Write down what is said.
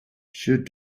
should